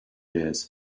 days